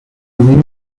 would